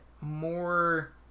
more